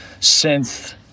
synth